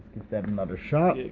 that another shot.